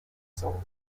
sold